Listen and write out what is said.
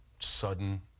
Sudden